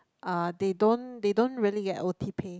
uh they don't they don't really get O_T pay